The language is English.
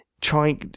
Try